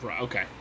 Okay